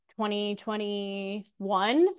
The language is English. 2021